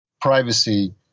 privacy